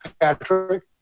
Patrick